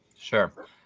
sure